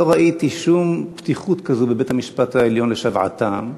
לא ראיתי שום פתיחות כזו בבית-המשפט העליון לשוועתם,